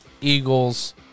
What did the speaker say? Eagles